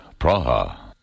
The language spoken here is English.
Praha